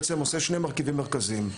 הוא בעצם עושה שני מרכיבים מרכזיים.